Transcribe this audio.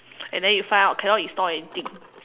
and then you find out cannot install anything